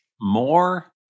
More